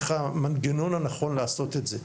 איך המנגנון הנכון לעשות את זה.